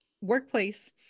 workplace